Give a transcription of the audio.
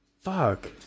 Fuck